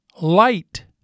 light